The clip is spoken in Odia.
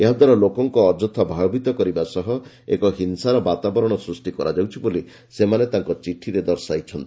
ଏହାଦ୍ୱାରା ଲୋକଙ୍କ ଅଯଥା ଭୟଭୀତ କରିବା ସହ ଏକ ହିଂସାର ବାତାବରଣ ସୃଷ୍ଟି କରାଯାଉଛି ବୋଲି ସେମାନେ ତାଙ୍କ ଚିଠିରେ ଦର୍ଶାଇଛନ୍ତି